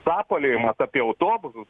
sapaliojamas apie autobusus